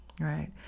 right